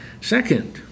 Second